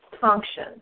function